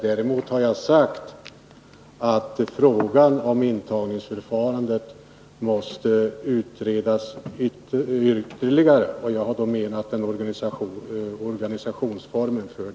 Däremot har jag sagt att frågan om intagningsförfarandet måste utredas ytterligare — och jag har då avsett organisationsformen.